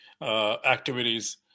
activities